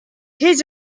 his